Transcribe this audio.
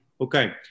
Okay